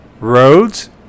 roads